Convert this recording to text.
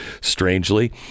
strangely